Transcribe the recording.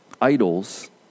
idols